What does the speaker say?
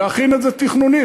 להכין את זה תכנונית.